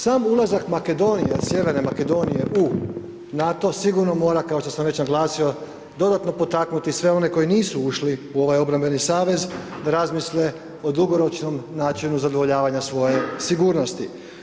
Sam ulazak Makedonije, sjeverne Makedonije u NATO sigurno mora, kao što sam već naglasio, dodatno potaknuti sve one koji nisu ušli u ovaj obrambeni savez da razmisle o dugoročnom načinu zadovoljavanja svoje sigurnosti.